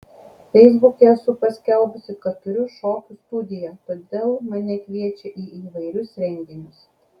feisbuke esu paskelbusi kad turiu šokių studiją todėl mane kviečia į įvairius renginius